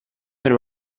per